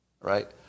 right